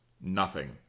nothing